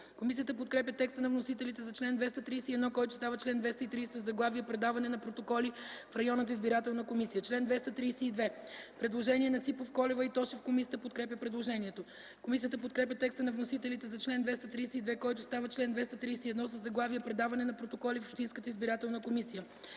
Комисията подкрепя текста на вносителите за чл. 231, който става чл. 230 със заглавие „Предаване на протоколи в районната избирателна комисия”. Предложение на народните представители Ципов, Колева и Тошев за чл. 232. Комисията подкрепя предложението. Комисията подкрепя текста на вносителите за чл. 232, който става чл. 231 със заглавие „Предаване на протоколи в общинската избирателна комисия”.